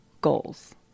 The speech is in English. goals